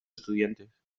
estudiantes